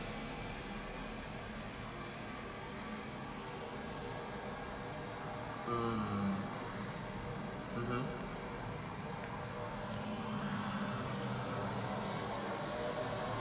hmm (uh huh)